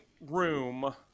room